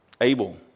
Abel